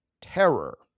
terror